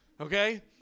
okay